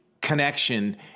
connection